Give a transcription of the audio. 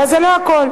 אבל זה לא הכול.